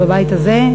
בבית הזה,